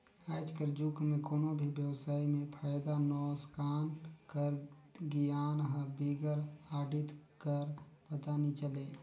आएज कर जुग में कोनो भी बेवसाय में फयदा नोसकान कर गियान हर बिगर आडिट कर पता नी चले